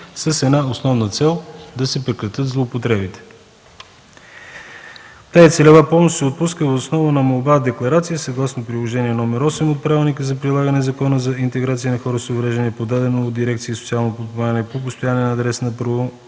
с основна цел – да се прекратят злоупотребите. Тази целева помощ се отпуска въз основа на молба-декларация, съгласно Приложение № 8 от Правилника за прилагане на Закона за интеграция на хора с увреждания, подадена до дирекция „Социално подпомагане” по постоянен адрес на